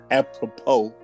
apropos